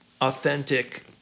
authentic